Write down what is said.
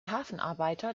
hafenarbeiter